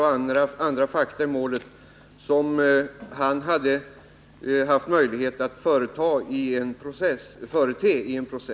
Självfallet förutsätter detta att anläggningarna fyller högt ställda miljökrav.